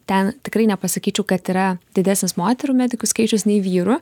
ten tikrai nepasakyčiau kad yra didesnis moterų medikių skaičius nei vyrų